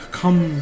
come